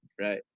Right